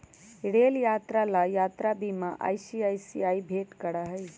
rail यात्रा ला यात्रा बीमा आई.सी.आई.सी.आई भेंट करा हई